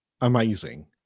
amazing